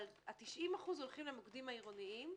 אבל ה-90% הולכים למוקדים העירוניים,